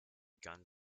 gun